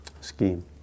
scheme